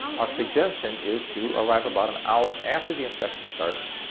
our suggestion is to arrive about an hour after the inspection starts,